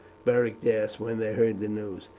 beric asked when they heard the news.